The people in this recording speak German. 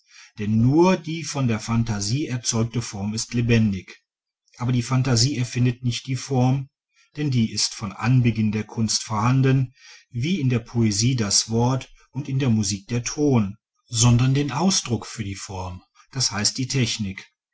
denn nur die von der phantasie erzeugte form ist lebendig aber die phantasie erfindet nicht die form denn die ist von anbeginn der kunst vorhanden wie in der poesie das wort und in der musik der ton sondern den ausdruck für die form das heißt die technik